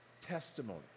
testimony